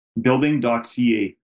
building.ca